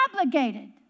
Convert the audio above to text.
obligated